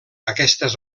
aquestes